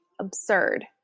absurd